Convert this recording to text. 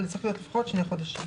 אבל צריך להיות לפחות שני חודשים.